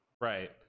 Right